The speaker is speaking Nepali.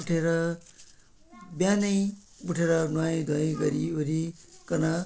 उठेर बिहानै उठेर नुहाई धुवाई गरिहोरीकन